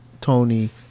Tony